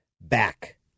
back